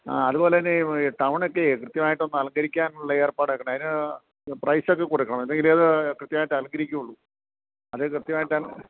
ആ അതുപോലെതന്നെ ടൗണൊക്കെ കൃത്യമായിട്ടൊന്ന് അലങ്കരിക്കാൻ ഉള്ള ഏർപ്പാട് ആക്കണേ അതിനു പ്രൈസൊക്കെ കൊടുക്കണം ഇല്ലെങ്കില് അതു കൃത്യമായിട്ട് അലങ്കരിക്കുകയുള്ളൂ അതു കൃത്യമായിട്ട്